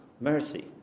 mercy